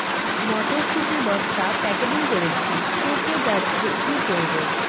মটর শুটি বস্তা প্যাকেটিং করেছি পেকে যাচ্ছে কি করব?